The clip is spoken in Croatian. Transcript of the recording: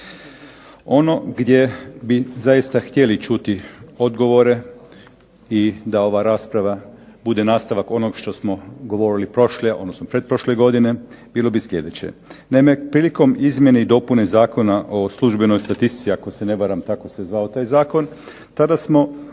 Ono gdje bi zaista htjeli čuti odgovore i da ova rasprava bude nastavak onog što smo govorili prošle, odnosno pretprošle godine, bilo bi sljedeće: naime, prilikom izmjene i dopune Zakona o službenoj statistici, ako se ne varam tako se zvao taj zakon, tada smo